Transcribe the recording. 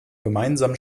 gemeinsamen